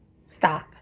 stop